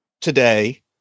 today